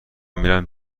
میرم